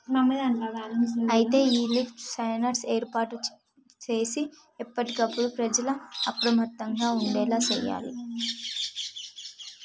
అయితే ఈ lift sensor ఏర్పాటు సేసి ఎప్పటికప్పుడు ప్రజల అప్రమత్తంగా ఉండేలా సేయాలి